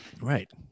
Right